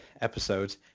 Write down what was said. episodes